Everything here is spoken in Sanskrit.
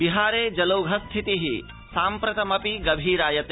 बिहारे जलौघस्थितिः साम्प्रतमपि गभीरायते